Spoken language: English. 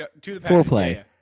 foreplay